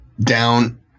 down